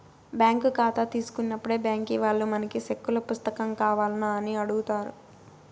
bank కాతా తీసుకున్నప్పుడే బ్యాంకీ వాల్లు మనకి సెక్కుల పుస్తకం కావాల్నా అని అడుగుతారు